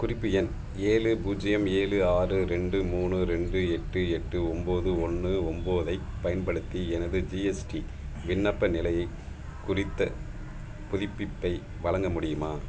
குறிப்பு எண் ஏழு பூஜ்ஜியம் ஏழு ஆறு ரெண்டு மூணு ரெண்டு எட்டு எட்டு ஒம்பது ஒன்று ஒம்பதைப் பயன்படுத்தி எனது ஜிஎஸ்டி விண்ணப்ப நிலையை குறித்தப் புதுப்பிப்பை வழங்க முடியுமா